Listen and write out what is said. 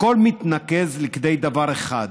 הכול מתנקז לכדי דבר אחד: